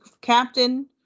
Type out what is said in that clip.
captain